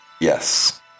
Yes